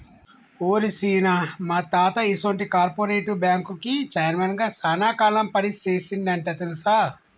ఓరి సీన, మా తాత ఈసొంటి కార్పెరేటివ్ బ్యాంకుకి చైర్మన్ గా సాన కాలం పని సేసిండంట తెలుసా